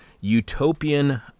utopian